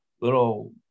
little